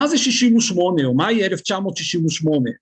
68', או מאי 1968